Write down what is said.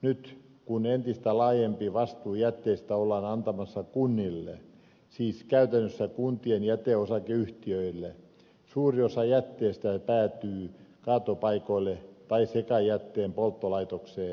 nyt kun entistä laajempi vastuu jätteestä ollaan antamassa kunnille siis käytännössä kuntien jäteosakeyhtiöille suuri osa jätteestä päätyy kaatopaikoille tai sekajätteen polttolaitokseen